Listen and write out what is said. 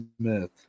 Smith